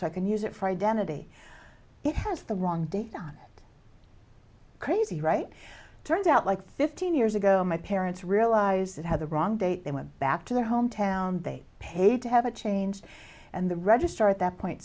so i can use it for identity it has the wrong date not crazy right turns out like fifteen years ago my parents realize that had the wrong date they went back to their hometown they paid to have a change and the registrar at that point